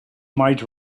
might